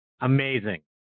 amazing